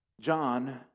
John